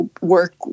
work